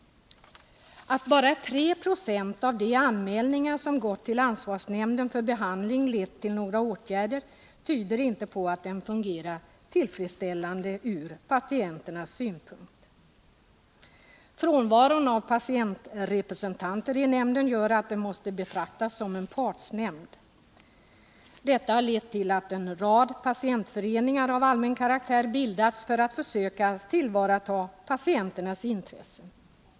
Att bara 3 20 av de anmälningar som har gått till ansvarsnämnden för behandling har lett till några åtgärder tyder på att den inte fungerar tillfredsställande från patienternas synpunkt. Frånvaron av patientrepresentanter i nämnden gör att den måste betraktas som en partsnämnd. Detta har lett till att en rad patientföreningar av allmän karaktär har bildats för att försöka tillvarata patienternas intressen.